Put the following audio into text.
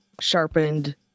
sharpened